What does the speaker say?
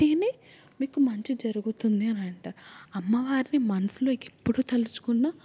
తేనే మీకు మంచి జరుగుతుంది అని అంటారు అమ్మవారిని మనుస్సులో ఎప్పుడు తలుచుకున్న